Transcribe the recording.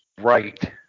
Right